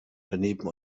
daneben